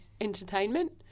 entertainment